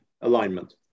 alignment